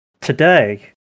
Today